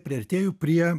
priartėju prie